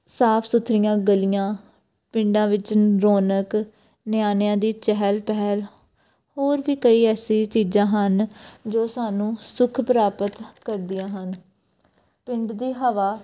ਸਾਫ ਸੁਥਰੀਆਂ ਗਲੀਆਂ ਪਿੰਡਾਂ ਵਿੱਚ ਰੋਣਕ ਨਿਆਣਿਆਂ ਦੀ ਚਹਿਲ ਪਹਿਲ ਹੋਰ ਵੀ ਕਈ ਐਸੀ ਚੀਜ਼ਾਂ ਹਨ ਜੋ ਸਾਨੂੰ ਸੁੱਖ ਪ੍ਰਾਪਤ ਕਰਦੀਆਂ ਹਨ ਪਿੰਡ ਦੀ ਹਵਾ